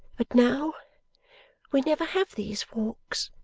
but now we never have these walks,